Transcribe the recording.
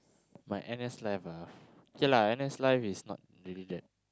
my N_S life ah okay lah N_S life is not really that